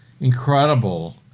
incredible